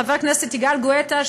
חבר הכנסת יגאל גואטה,